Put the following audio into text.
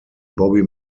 bobby